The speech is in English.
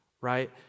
Right